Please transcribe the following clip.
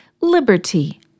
Liberty